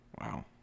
Wow